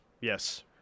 yes